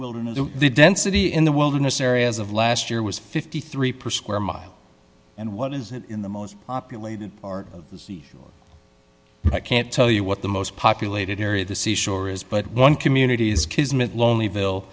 wilderness the density in the wilderness areas of last year was fifty three percent where miles and what is it in the most populated part of the sea i can't tell you what the most populated area the seashore is but one community is kismet lonely vill